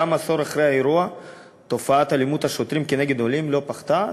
גם עשור אחרי האירוע תופעת אלימות השוטרים נגד העולים לא פחתה,